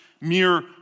mere